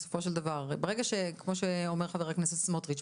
בסופו של דבר ברגע שכמו שאומר חבר הכנסת סמוטריץ',